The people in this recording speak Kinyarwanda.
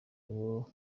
uwo